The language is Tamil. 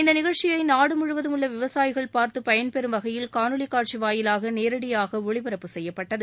இந்த நிகழ்ச்சியை நாடுமுழுவதும் உள்ள விவசாயிகள் பார்த்து பயன்பெறும் வகையில் காணொலிக்காட்சி வாயிலாக நேரடியாக ஒளிபரப்பு செய்யப்பட்டது